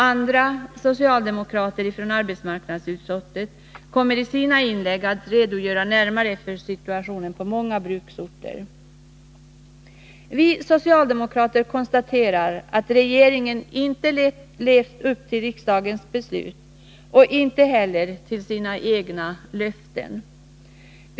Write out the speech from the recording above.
Andra socialdemokrater från arbetsmarknadsutskottet kommer i sina inlägg att närmare redogöra för situationen på många bruksorter. Vi socialdemokrater konstaterar att regeringen inte levt upp till riksdagens beslut och inte heller till sina egna löften.